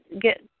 get